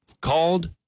called